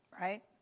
Right